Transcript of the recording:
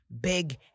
big